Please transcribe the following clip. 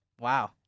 Wow